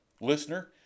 Listener